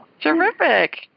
Terrific